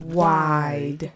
WIDE